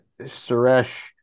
Suresh